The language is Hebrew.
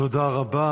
תודה רבה.